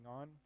on